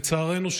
לצערנו,